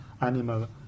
Animal